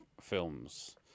films